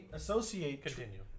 associate